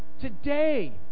Today